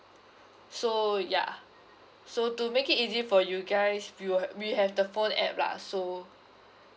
so ya so to make it easy for you guys we'll have we have the phone app lah so